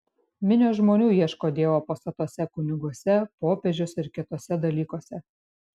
minios žmonių ieško dievo pastatuose kuniguose popiežiuose ir kituose dalykuose